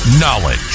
Knowledge